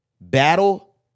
battle